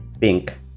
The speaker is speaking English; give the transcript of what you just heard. pink